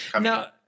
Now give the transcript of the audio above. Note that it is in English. Now